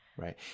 right